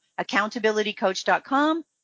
accountabilitycoach.com